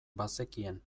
bazekien